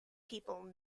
people